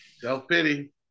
self-pity